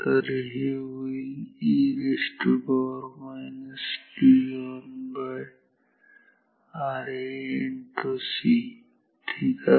तर हे होईल e tonRa C ठीक आहे